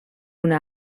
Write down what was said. una